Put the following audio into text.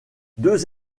deux